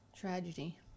tragedy